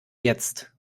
jetzt